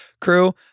crew